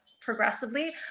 progressively